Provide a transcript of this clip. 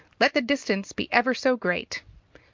let the distance be ever so great.